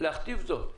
להכתיב זאת.